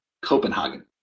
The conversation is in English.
Copenhagen